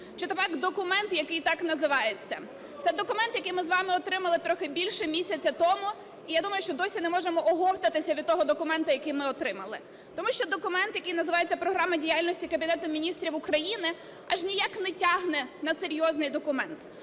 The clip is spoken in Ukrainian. чи то пак документ, який так називається. Це документ, який ми з вами отримали трохи більше місяця тому, і я думаю, що досі не можемо оговтатися від того документу, який ми отримали. Тому що документ, який називається Програма діяльності Кабінету Міністрів України, аж ніяк не тягне на серйозний документ.